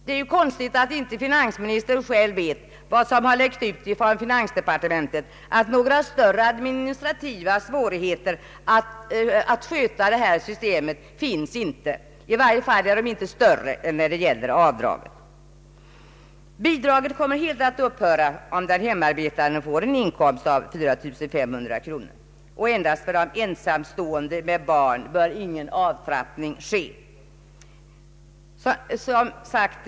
Det är märkligt att finansministern inte vet — det har dock läckt ut från finansdepartementet — att det inte är förenat med några större administrativa svårigheter att sköta detta system, i varje fall är de inte större än när det gäller avdragssystemet. Bidraget kommer helt att upphöra om den hemarbetande får en inkomst av 4500 kronor. Endast för ensamstående med barn bör ingen avtrappning ske.